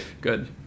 Good